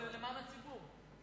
זה למען הציבור,